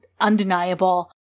undeniable